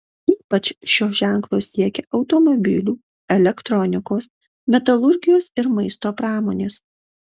ypač šio ženklo siekia automobilių elektronikos metalurgijos ir maisto pramonės